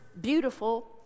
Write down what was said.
beautiful